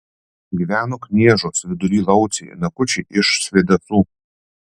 gyveno kniežos vidury lauciai nakučiai iš svėdasų